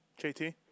JT